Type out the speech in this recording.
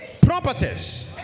properties